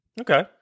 Okay